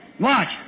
Watch